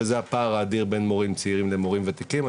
שזה הפער האדיר בין מורים צעירים ומורים ותיקים.